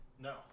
No